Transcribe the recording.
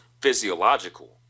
physiological